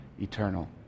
eternal